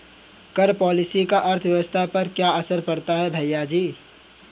कर पॉलिसी का अर्थव्यवस्था पर क्या असर पड़ता है, भैयाजी?